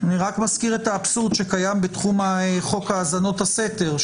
אני רק מזכיר את האבסורד שקיים בתחום חוק האזנות הסתר,